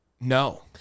No